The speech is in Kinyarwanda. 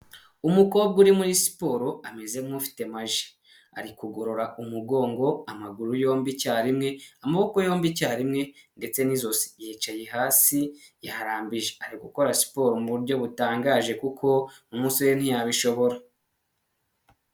Umukobwa uri muri siporo, ameze nk'ufite maji, ari kugorora umugongo, amaguru yombi icyarimwe, amaboko yombi icyarimwe, ndetse n'izosi ryicaye hasi, yarambije, ari gukora siporo mu buryo butangaje kuko n'umusore ntiyabishobora.